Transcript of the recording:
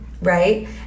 right